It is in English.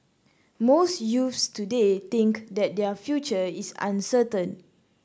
most youths today think that their future is uncertain